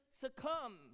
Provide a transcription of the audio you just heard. succumb